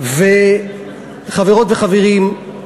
וחברות חברים,